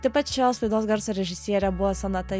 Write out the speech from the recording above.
tai pat šios laidos garso režisierė buvo sonata